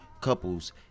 couples